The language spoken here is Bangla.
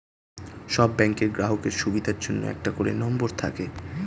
সব ব্যাংকের গ্রাহকের সুবিধার জন্য একটা করে নম্বর থাকে